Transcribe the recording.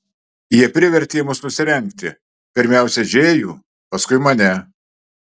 jie privertė mus nusirengti pirmiausia džėjų paskui mane